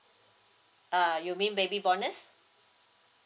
err you mean baby bonus